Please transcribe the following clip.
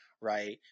right